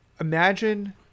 imagine